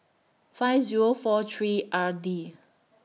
five Zero four three R D